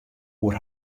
oer